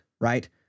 right